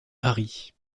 paris